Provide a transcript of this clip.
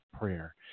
prayer